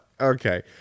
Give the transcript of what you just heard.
okay